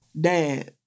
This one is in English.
Dad